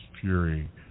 fury